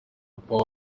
power